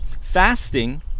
Fasting